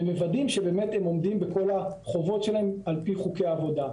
ומוודאים שבאמת הם עומדים בכל החובות שלהם על פי חוקי העבודה.